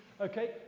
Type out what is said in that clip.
Okay